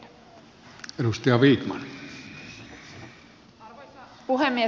arvoisa puhemies